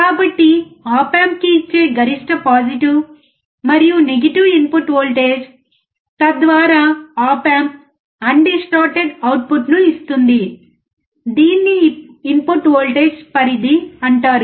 కాబట్టి op amp కి ఇచ్చే గరిష్ట పాజిటివ్ మరియు నెగిటివ్ ఇన్పుట్ వోల్టేజ్ తద్వారా ఆప్ ఆంప్ అన్డిస్టార్టెడ్ అవుట్పుట్ను ఇస్తుంది దీన్నిఇన్పుట్ వోల్టేజ్ పరిధి అంటారు